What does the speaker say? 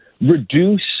reduce